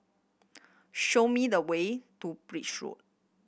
show me the way to Birch Road